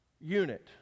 unit